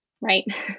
right